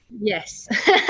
Yes